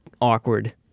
awkward